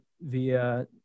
via